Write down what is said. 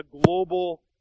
global